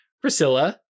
Priscilla